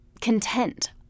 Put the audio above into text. content